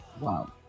wow